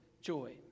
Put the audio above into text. joy